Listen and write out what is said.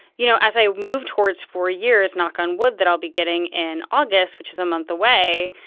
you know, as i move towards four years knock on wood that i'll be getting in august, which is a month away,